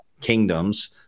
kingdoms